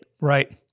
Right